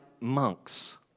monks